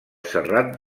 serrat